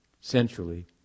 centrally